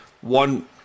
one